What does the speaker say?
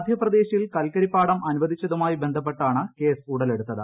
മധ്യപ്രദേശിൽ കൽക്കരിപ്പാടം അനുവദിച്ചതുമായി ബന്ധപ്പെട്ടാണ് കേസ് ഉടലെടുത്തത്